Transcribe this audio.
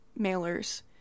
mailers